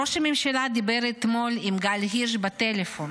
ראש הממשלה דיבר אתמול עם גל הירש בטלפון,